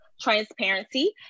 transparency